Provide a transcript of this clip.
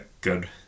good